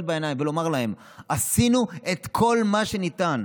בעיניים ולומר להם שעשינו כל מה שניתן.